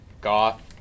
goth